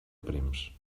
prims